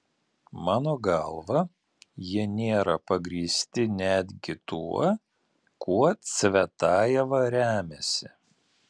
mano galva jie nėra pagrįsti netgi tuo kuo cvetajeva remiasi